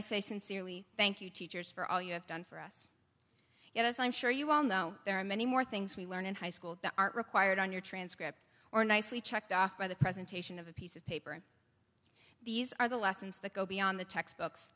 i say sincerely thank you teachers for all you have done for us yet as i'm sure you all know there are many more things we learn in high school that aren't required on your transcript or nicely checked off by the presentation of a piece of paper and these are the lessons that go beyond the textbooks